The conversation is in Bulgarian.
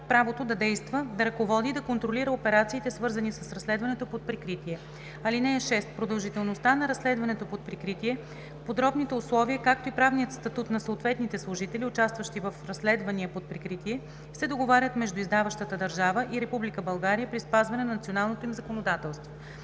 правото да действа, да ръководи и да контролира операциите, свързани с разследването под прикритие. (6) Продължителността на разследването под прикритие, подробните условия, както и правният статут на съответните служители, участващи в разследвания под прикритие, се договарят между издаващата държава и Република България при спазване на националното им законодателство.